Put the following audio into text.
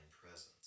presence